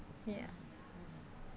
ya